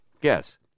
Guess